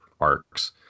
arcs